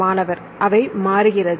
மாணவர் அவை மாறுகிறது